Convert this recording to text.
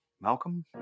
Malcolm